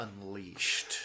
unleashed